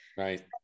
Right